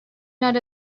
not